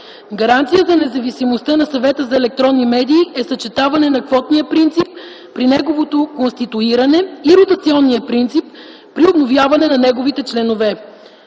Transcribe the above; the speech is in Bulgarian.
Гаранция за независимостта на Съвета за електронни медии е съчетаване на квотния принцип при неговото конституиране и ротационния принцип при обновяване на неговите членове.